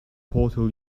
portal